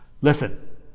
Listen